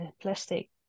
plastic